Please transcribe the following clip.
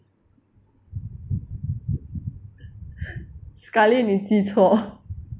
sekali 你记错